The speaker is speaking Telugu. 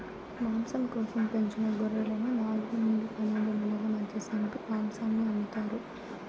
మాంసం కోసం పెంచిన గొర్రెలను నాలుగు నుండి పన్నెండు నెలల మధ్య సంపి మాంసాన్ని అమ్ముతారు